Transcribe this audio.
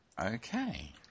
Okay